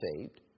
saved